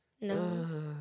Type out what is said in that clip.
No